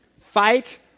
Fight